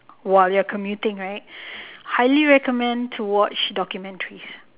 while you're commuting right highly recommend to watch documentaries